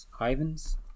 Ivans